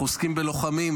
אנחנו עוסקים בלוחמים,